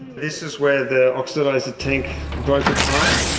this is where the oxidiser tank broke apart.